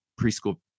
preschool